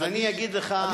אז אני אגיד לך,